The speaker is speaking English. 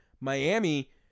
Miami